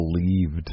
believed